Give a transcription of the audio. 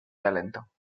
talento